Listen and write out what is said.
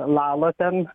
lalo ten